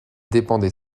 dépendait